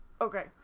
Okay